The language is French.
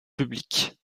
publiques